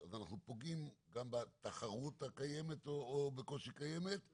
אדם שמבחינה סוציו אקונומית מוכיח כמה הוא משתכר בחודש ומגיעה לו הנחה.